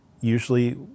usually